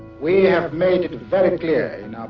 we have made it very clear